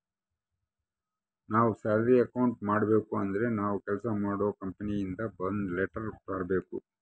ನಾವ್ salary account ಮಾಡಬೇಕು ಅಂದ್ರೆ ನಾವು ಕೆಲ್ಸ ಮಾಡೋ ಕಂಪನಿ ಇಂದ ಒಂದ್ ಲೆಟರ್ ತರ್ಬೇಕು